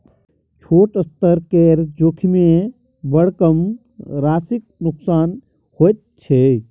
छोट स्तर केर जोखिममे बड़ कम राशिक नोकसान होइत छै